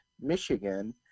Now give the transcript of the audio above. Michigan